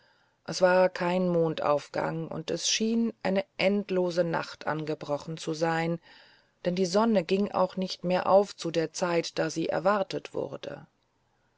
es war kein mondaufgang und es schien eine endlose nacht angebrochen zu sein denn die sonne ging auch nicht mehr auf zu der zeit da sie erwartet wurde